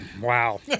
wow